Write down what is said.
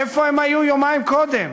איפה הם היו יומיים קודם?